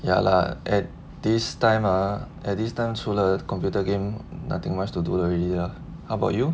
ya lah at this time ah at this time 除了 computer games nothing much to do already ah how about you